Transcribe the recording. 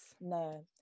No